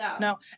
no